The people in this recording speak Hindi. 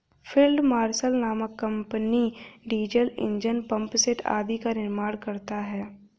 फील्ड मार्शल नामक कम्पनी डीजल ईंजन, पम्पसेट आदि का निर्माण करता है